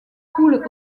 coule